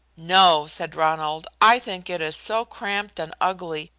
no, said ronald. i think it is so cramped and ugly,